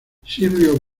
silvio